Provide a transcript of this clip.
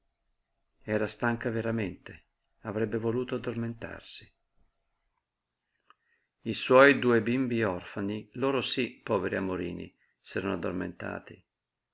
era stanca veramente avrebbe voluto addormentarsi i suoi due bimbi orfani loro sí poveri amorini s'erano addormentati